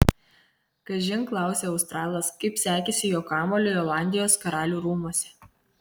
kažin klausia australas kaip sekėsi jo kamuoliui olandijos karalių rūmuose